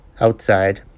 outside